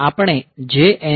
આપણે JNB PSW